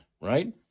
right